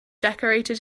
decorated